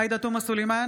עאידה תומא סלימאן,